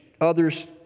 others